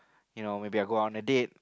you know maybe I'll go on a date